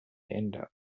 enter